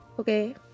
Okay